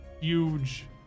huge